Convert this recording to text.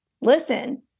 listen